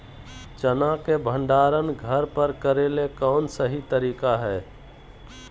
चना के भंडारण घर पर करेले कौन सही तरीका है?